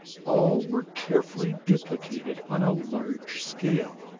all were carefully duplicated on a large scale.